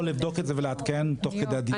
אני יכול לבדוק את זה ולעדכן תוך כדי הדיון.